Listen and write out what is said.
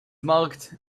marked